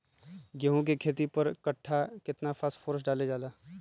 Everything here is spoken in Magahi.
गेंहू के खेती में पर कट्ठा केतना फास्फोरस डाले जाला?